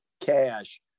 cash